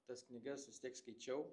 tas knygas vis tiek skaičiau